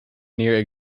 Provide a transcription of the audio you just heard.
near